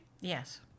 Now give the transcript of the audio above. yes